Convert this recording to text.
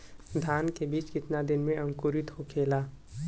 धान के बिज कितना दिन में अंकुरित होखेला?